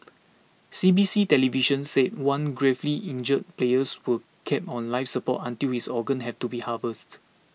C B C television said one gravely injured player was kept on life support until his organs had to be harvested